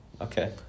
okay